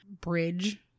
bridge